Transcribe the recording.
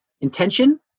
intention